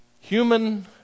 Human